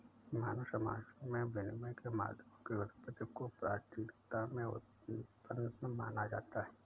मानव समाजों में विनिमय के माध्यमों की उत्पत्ति को प्राचीनता में उत्पन्न माना जाता है